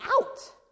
out